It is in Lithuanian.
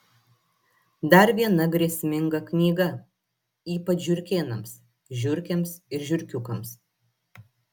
dar viena grėsminga knyga ypač žiurkėnams žiurkėms ir žiurkiukams